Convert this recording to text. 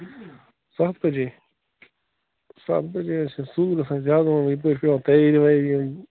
سَتھ بجے سَتھ بجے حظ چھِ سُل گَژھان زیادٕ یپٲرۍ چھِ پٮ۪وان تیٲری ویٲری کَرٕںۍ